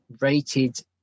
rated